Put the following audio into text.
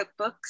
cookbooks